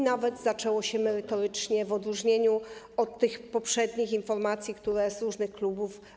Nawet zaczęło się merytorycznie w odróżnieniu od poprzednich informacji, które były z różnych klubów.